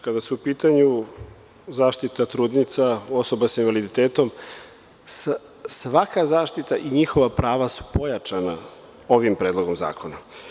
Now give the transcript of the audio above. Kada je u pitanju zaštita trudnica, osoba sa invaliditetom, svaka zaštita i njihova prava su pojačana ovim predlogom zakona.